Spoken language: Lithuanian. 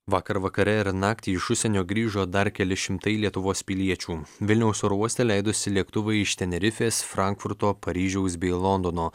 vakar vakare ir naktį iš užsienio grįžo dar keli šimtai lietuvos piliečių vilniaus oro uoste leidosi lėktuvai iš tenerifės frankfurto paryžiaus bei londono